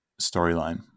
storyline